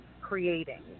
creating